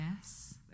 Yes